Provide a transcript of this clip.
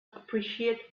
appreciate